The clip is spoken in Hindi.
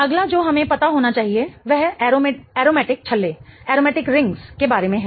अगला जो हमें पता होना चाहिए वह एरोमेटिक छल्ले के बारे में है